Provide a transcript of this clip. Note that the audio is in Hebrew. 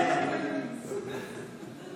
אנחנו לא יודעים.